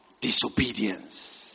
disobedience